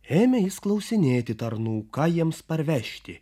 ėmė jis klausinėti tarnų ką jiems parvežti